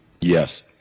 Yes